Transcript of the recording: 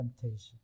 temptation